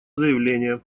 заявление